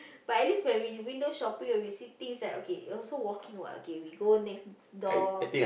but at least when we in window shopping when we see things that okay also walking what okay we go next door